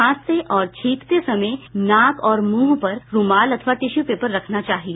खांसते और छींकते समय नाक और मुंह पर रूमाल अथवा टिश्यू पेपर रखना चाहिए